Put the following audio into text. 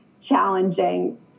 challenging